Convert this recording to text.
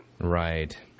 Right